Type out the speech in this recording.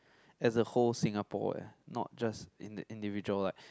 as a whole Singapore eh not just indi~ individual like